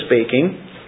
speaking